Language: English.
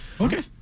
Okay